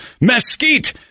mesquite